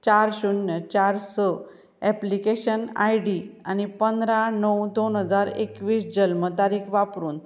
चार शुन्य चार स एप्लिकेशन आयडी आनी पंदरा णव दोन हजार एकवीस जल्म तारीक वापरून